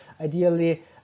ideally